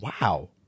wow